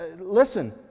Listen